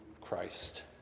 Christ